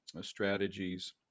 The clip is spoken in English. strategies